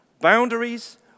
boundaries